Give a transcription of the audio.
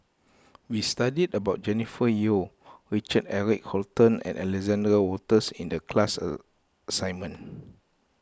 we studied about Jennifer Yeo Richard Eric Holttum and Alexander Wolters in the class assignment